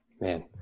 man